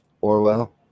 Orwell